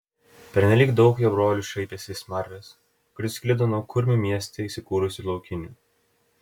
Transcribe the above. pernelyg daug jo brolių šaipėsi iš smarvės kuri sklido nuo kurmių mieste įsikūrusių laukinių